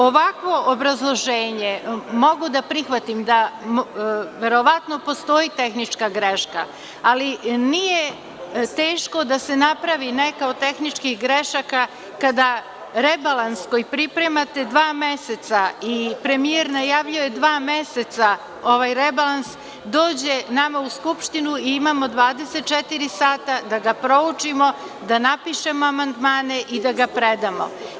Ovakvo obrazloženje mogu da prihvatim da verovatno postoji tehnička greška, ali nije teško da se napravi neka od tehničkih grešaka kada rebalans koji pripremate dva meseca i premijer najavljuje dva meseca ovaj rebalans dođe nama u Skupštinu i imamo 24 sata da ga proučimo, da napišemo amandmane i da ga predamo.